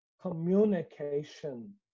communication